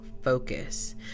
focus